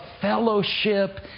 fellowship